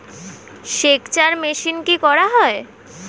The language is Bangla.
সেকচার মেশিন কি করা হয়?